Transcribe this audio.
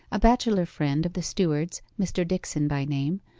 a bachelor friend of the steward's, mr. dickson by name,